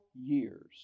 years